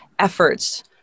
efforts